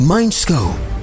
Mindscope